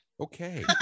Okay